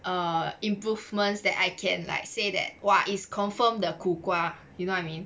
err improvements that I can like say that !wah! it's confirmed the 苦瓜 you know what I mean